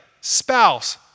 spouse